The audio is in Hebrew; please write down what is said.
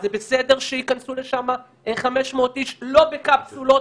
זה בסדר שייכנסו לשם 500 איש לא בקפסולות,